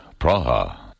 Praha